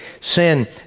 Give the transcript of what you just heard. Sin